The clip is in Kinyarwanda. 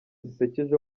zisekeje